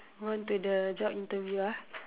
move on to the job interview ah